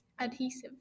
Adhesive